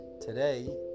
today